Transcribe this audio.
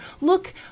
Look